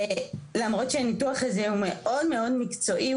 למרות שהניתוח הזה הוא מאוד מאוד מקצועי,